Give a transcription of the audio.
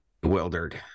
bewildered